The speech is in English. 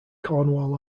cornwall